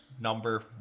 number